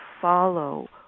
follow